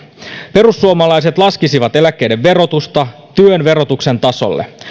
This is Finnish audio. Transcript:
perussuomalaiset laskisivat eläkkeiden verotusta työn verotuksen tasolle